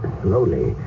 slowly